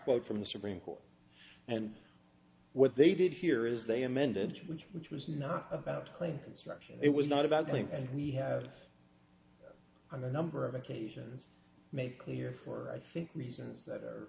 quote from the supreme court and what they did here is they amended which which was not about playing construction it was not about killing and we have on a number of occasions made clear for i think reasons that are